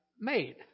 made